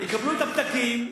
יקבלו את הפתקים,